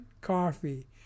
Coffee